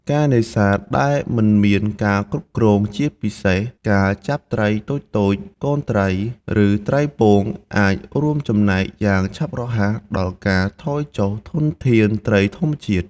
ការនេសាទដែលមិនមានការគ្រប់គ្រង ជាពិសេសការចាប់ត្រីតូចៗ កូនត្រី ឬត្រីពង អាចរួមចំណែកយ៉ាងឆាប់រហ័សដល់ការថយចុះធនធានត្រីធម្មជាតិ។